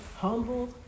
humble